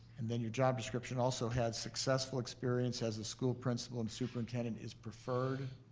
and then your job description also had successful experience as a school principal and superintendent is preferred.